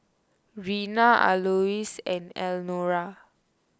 Rena Alois and Elnora